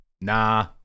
Nah